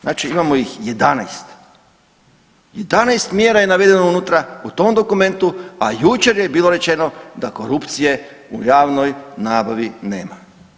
Znači imamo ih 11. 11 mjera je navedeno unutra u tom dokumentu, a jučer je bilo rečeno da korupcije u javnoj nabavi nema.